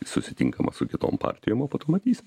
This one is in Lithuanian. susitinkama su kitom partijom o po to matysim